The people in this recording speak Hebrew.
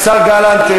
השר גלנט,